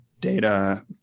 data